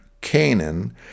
Canaan